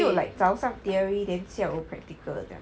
look like 早上 theory then 下午 practical 这样